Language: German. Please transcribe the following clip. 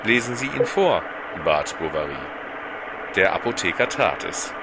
lesen sie ihn vor bat bovary der apotheker tat es